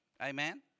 Amen